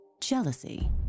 jealousy